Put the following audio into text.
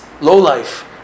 lowlife